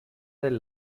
del